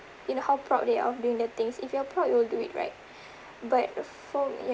you know how proud they are of doing the things if you're proud you will do it right but for